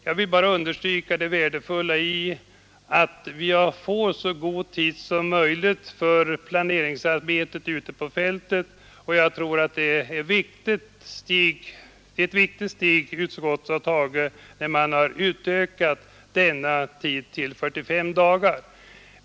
Jag vill bara understryka det värdefulla i att vi får så god tid som möjligt för planeringsarbetet ute på fältet, och jag tror det är ett viktigt steg utskottet har tagit när man har föreslagit utökning av denna tid till 45 dagar.